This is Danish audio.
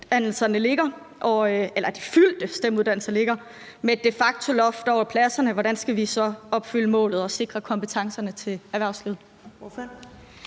af de fyldte STEM-uddannelser ligger, med et de facto-loft over pladserne? Hvordan skal vi så opfylde målet og sikre kompetencerne til erhvervslivet?